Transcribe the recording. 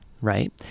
right